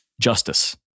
Justice